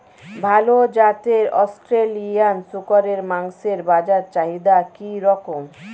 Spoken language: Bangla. ভাল জাতের অস্ট্রেলিয়ান শূকরের মাংসের বাজার চাহিদা কি রকম?